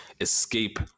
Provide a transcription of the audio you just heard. escape